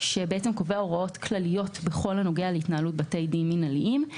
שקובע הוראות כלליות בכל הנוגע להתנהלות בתי דין מינהליים.